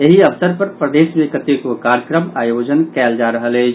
एहि अवसर पर प्रदेश मे कतेको कार्यक्रम आयोजन कयल जा रहल अछि